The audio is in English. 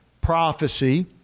prophecy